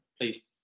please